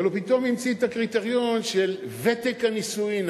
אבל הוא פתאום המציא את הקריטריון של ותק הנישואין,